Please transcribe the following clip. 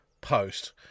post